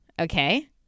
Okay